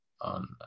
on